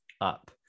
up